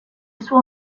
suo